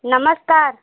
नमस्कार